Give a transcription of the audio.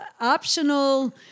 optional